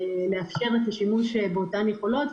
ולאפשר את השימוש באותן יכולות,